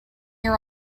your